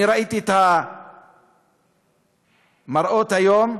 אני ראיתי את המראות היום,